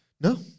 No